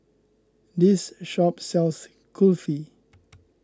this shop sells Kulfi